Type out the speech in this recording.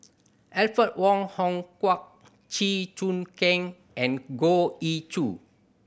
Alfred Wong Hong Kwok Chew Choo Keng and Goh Ee Choo